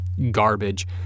Garbage